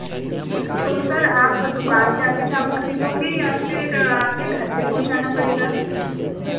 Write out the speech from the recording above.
तो सर आप दुकान पर आकर चावल खरीदोंगे या फिर आपके घर पर पहुँचाना पड़ेगा